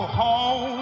home